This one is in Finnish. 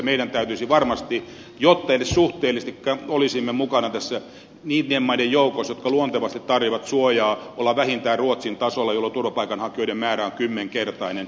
meidän täytyisi varmasti jotta edes suhteellisesti olisimme mukana niiden maiden joukossa jotka luontevasti tarjoavat suojaa olla vähintään ruotsin tasolla jolloin turvapaikanhakijoiden määrä on kymmenkertainen